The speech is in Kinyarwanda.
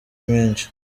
menshi